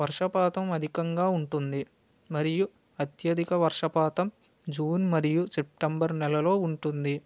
వర్షపాతం అధికంగా ఉంటుంది మరియు అత్యధిక వర్షపాతం జూన్ మరియు సెప్టెంబర్ నెలలో ఉంటుంది